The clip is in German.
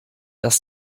das